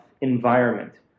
environment